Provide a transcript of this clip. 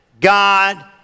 God